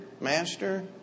master